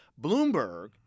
Bloomberg